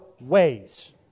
ways